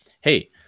Hey